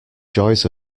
joys